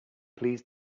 please